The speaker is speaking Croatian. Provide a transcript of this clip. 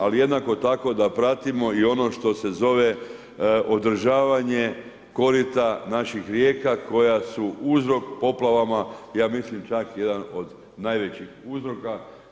Ali jednako tako da pratimo i ono što se zove održavanje korita naših rijeka koja su uzrok poplavama i ja mislim čak i jedan od najvećih uzroka.